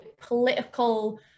political